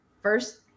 first